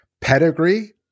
Pedigree